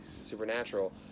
supernatural